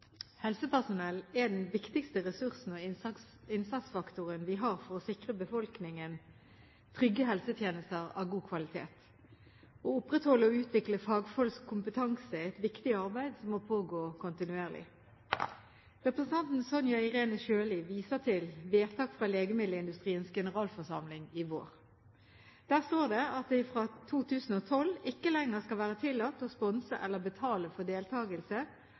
Helsepersonell er den viktigste ressursen og innsatsfaktoren vi har for å sikre befolkningen trygge helsetjenester av god kvalitet. Å opprettholde og utvikle fagfolks kompetanse er et viktig arbeid som må pågå kontinuerlig. Representanten Sonja Irene Sjøli viser til vedtak fra legemiddelindustriens generalforsamling i vår. Der står det at det fra 2012 ikke lenger skal være tillatt å sponse eller betale for